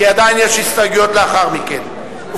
כי עדיין יש הסתייגויות לאחר מכן.